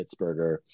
Pittsburgher